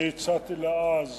אני הצעתי לה אז